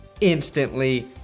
instantly